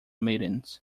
meetings